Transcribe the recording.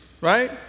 right